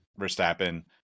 Verstappen